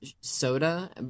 soda